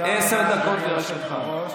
עשר דקות לרשותך.